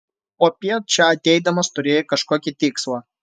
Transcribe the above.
popiet čia ateidamas turėjai kažkokį tikslą